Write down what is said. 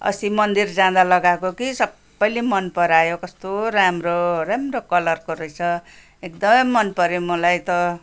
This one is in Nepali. अस्ति मन्दिर जाँदा लगाएको कि सबैले मनपरायो कस्तो राम्रो राम्रो कलरको रहेछ एकदमै मनपऱ्यो मलाई त